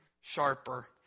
sharper